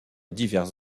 divers